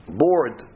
board